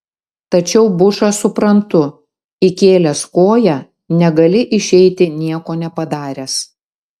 tačiau bušą suprantu įkėlęs koją negali išeiti nieko nepadaręs